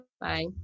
bye